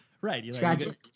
right